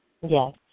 Yes